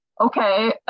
okay